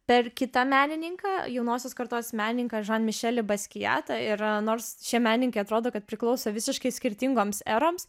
per kitą menininką jaunosios kartos menininką žan mišelį baskiatą ir nors šie menininkai atrodo kad priklauso visiškai skirtingoms eroms